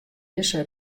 dizze